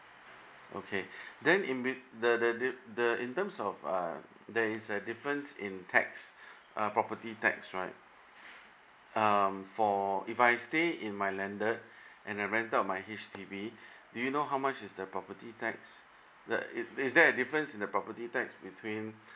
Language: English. okay then in bet~ the the the in terms of um there is a difference in tax uh property tax right um for if I stay in my landed and I rent out my H_D_B do you know how much is the property tax the is is there a difference in the property tax between